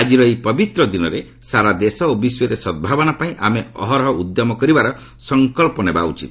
ଆଜିର ଏହି ପବିତ୍ର ଦିନରେ ସାରା ଦେଶ ଓ ବିଶ୍ୱରେ ସଦ୍ଭାବନା ପାଇଁ ଆମେ ଅହରହ ଉଦ୍ୟମ କରିବାର ସଙ୍କଚ୍ଚ ନେବା ଉଚିତ